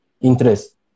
interest